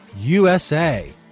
USA